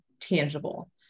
tangible